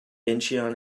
incheon